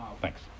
Thanks